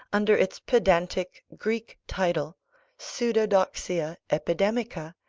under its pedantic greek title pseudodoxia epidemica,